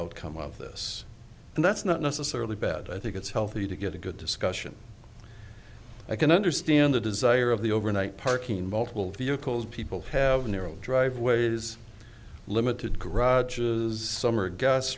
outcome of this and that's not necessarily bad i think it's healthy to get a good discussion i can understand the desire of the overnight parking in multiple vehicles people have in their own driveway is limited garages summer gas